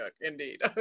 indeed